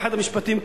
באחד המשפטים,